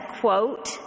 quote